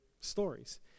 stories